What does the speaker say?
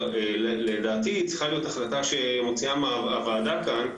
החלטה שמוציאה הוועדה כאן,